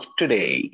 today